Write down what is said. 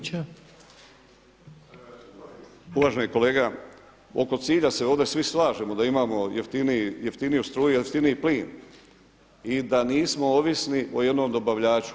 Uvaženi kolega oko cilja se ovdje svi slažemo da imamo jeftiniju struju, jeftiniji plin i da nismo ovisni o jednom dobavljaču.